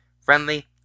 friendly